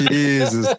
Jesus